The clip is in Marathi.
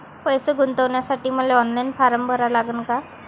पैसे गुंतवासाठी मले ऑनलाईन फारम भरा लागन का?